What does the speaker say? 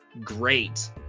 great